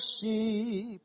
sheep